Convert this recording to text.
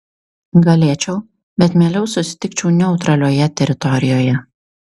galėčiau bet mieliau susitikčiau neutralioje teritorijoje